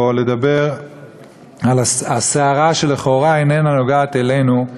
לדבר על הסערה לכאורה שאיננה נוגעת בנו,